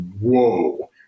whoa